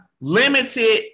limited